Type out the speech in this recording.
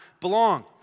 belong